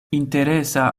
interesa